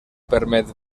permet